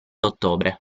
ottobre